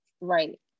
right